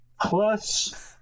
plus